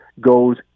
goes